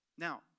Now